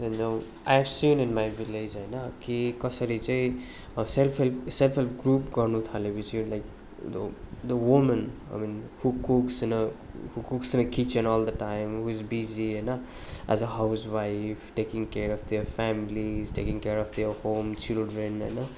I have seen in my village होइन कि कसरी चाहिँ self help self help group गर्नु थाले पछि like the woman I mean who cooks होइन who cooks in a kitchen all the time who is busy होइन as a housewife taking care of their families taking care of their home children होइन